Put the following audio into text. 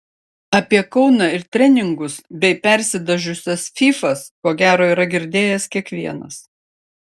apie kauną ir treningus bei persidažiusias fyfas ko gero yra girdėjęs kiekvienas